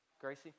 Gracie